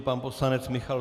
Pan poslanec Michal...